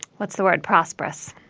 what's the word prosperous